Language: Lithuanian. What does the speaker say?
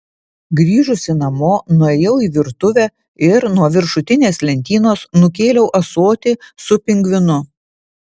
grįžusi namo nuėjau į virtuvę ir nuo viršutinės lentynos nukėliau ąsotį su pingvinu